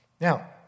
Now